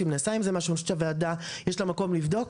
אם נעשה אם זה משהו או שיש לוועדה מקום לבדוק,